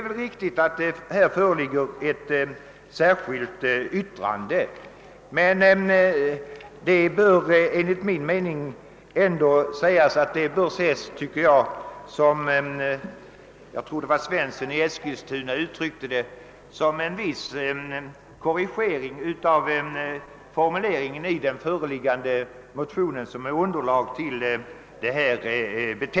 Visserligen föreligger det ett särskilt yttrande, men som herr Svensson i Eskilstuna uttryck te det kan detta ses som en viss korrigering av formuleringarna i den motion som utgör underlag för utlåtandet.